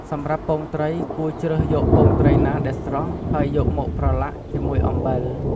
សម្រាប់ពងត្រី គួរជ្រើសយកពងត្រីណាដែលស្រស់ ហើយយកមកប្រឡាក់ជាមួយអំបិល។